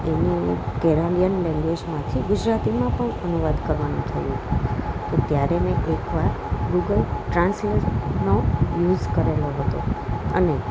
એની કેરાલિયન લેંગવેજમાંથી ગુજરાતીમાં પણ અનુવાદ કરવાનું થયું તું તો ત્યારે મેં એકવાર ગૂગલ ટ્રાન્સલેશનો યુઝ કર્યો હતો અને